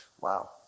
Wow